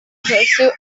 pursuit